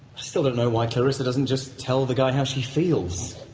still don't know why clarissa doesn't just tell the guy how she feels.